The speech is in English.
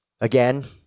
Again